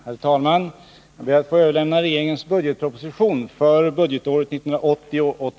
Herr talman! Jag ber att få överlämna regeringens budgetproposition för budgetåret 1981/82.